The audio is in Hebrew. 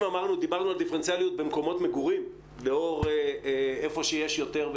אם דיברנו על דיפרנציאליות במקומות מגורים לאור איפה שיש יותר,